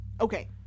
Okay